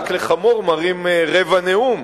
רק לחמור מראים רבע נאום,